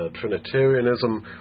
Trinitarianism